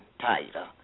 tighter